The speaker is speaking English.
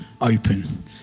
open